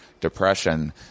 depression